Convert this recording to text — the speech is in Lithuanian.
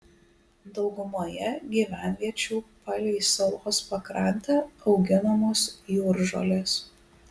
daugumoje gyvenviečių palei salos pakrantę auginamos jūržolės